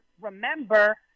remember